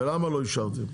ולמה לא אישרתם.